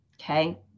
Okay